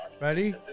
Ready